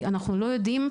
זה יותר שכיח בנשים,